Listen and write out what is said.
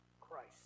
Christ